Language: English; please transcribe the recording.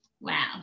Wow